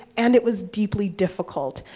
and it was deeply difficult.